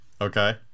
Okay